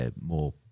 more